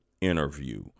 interview